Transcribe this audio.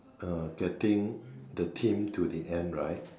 uh getting the team to the end right